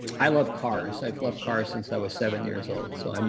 i love cars. i've loved cars since i was seven years old. so, um